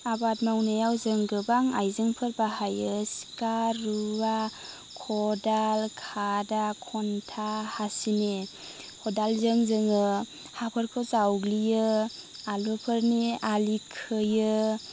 आबाद मावनायाव जों गोबां आइजेंफोर बाहायो सिखा रुवा खदाल खादा खन्टा हासिनि खदालजों जोङो हाफोरखौ जावग्लियो आलुफोरनि आलि खोयो